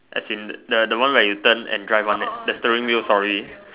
as in the the one where you turn and drive one the steering wheel sorry